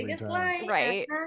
Right